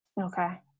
Okay